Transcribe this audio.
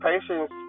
patience